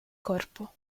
corpo